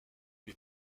les